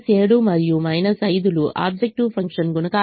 7 మరియు 5 లు objective function గుణకాలు